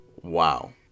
wow